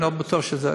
אני לא בטוח שזה,